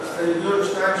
הסתייגויות 2,